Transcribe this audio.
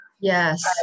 Yes